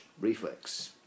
reflex